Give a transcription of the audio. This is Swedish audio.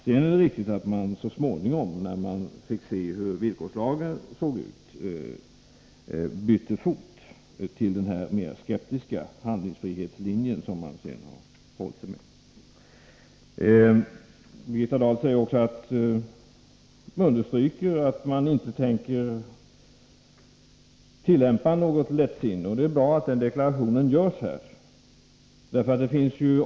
Det är riktigt att socialdemokraterna så småningom, när de fick se hur villkorslagen var utformad, bytte fot till den här mer skeptiska handlingsfrihetslinjen, som man därefter har hållit sig till. Birgitta Dahl understryker att regeringen inte tänker visa något lättsinne, och det är bra att den deklarationen görs här.